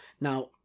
Now